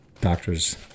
doctors